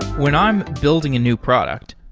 when i'm building a new product,